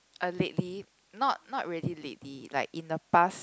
uh lately not not really lately like in the past